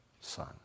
son